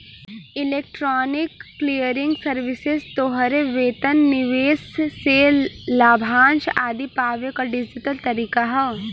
electronic clearing services तोहरे वेतन, निवेश से लाभांश आदि पावे क डिजिटल तरीका हौ